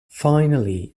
finally